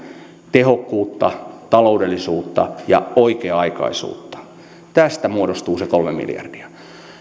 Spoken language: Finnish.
tehokkuudesta taloudellisuudesta ja oikea aikaisuudesta tästä muodostuu se kolme miljardia